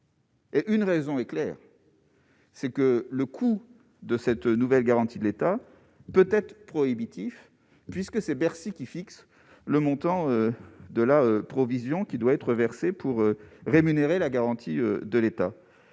Et une raison est clair. C'est que le coût de cette nouvelle garantie de l'État peut-être prohibitif puisque c'est Bercy qui fixe le montant de la provision qui doit être versé pour rémunérer la garantie de l'État